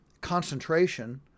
concentration